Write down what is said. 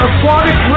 Aquatic